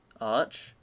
arch